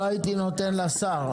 לא הייתי נותן לשר,